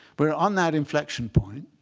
we're on that inflection point.